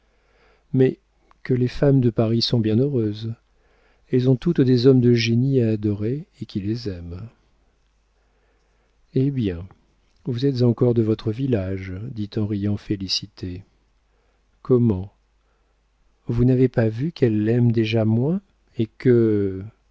mais que les femmes de paris sont bien heureuses elles ont toutes des hommes de génie à adorer et qui les aiment eh bien vous êtes encore de votre village dit en riant félicité comment vous n'avez pas vu qu'elle l'aime déjà moins et que